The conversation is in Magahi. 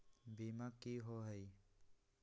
बीमा की होअ हई?